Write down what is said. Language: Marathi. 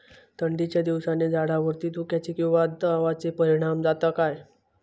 थंडीच्या दिवसानी झाडावरती धुक्याचे किंवा दवाचो परिणाम जाता काय?